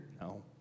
No